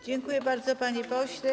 Dziękuję bardzo, panie pośle.